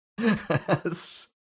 Yes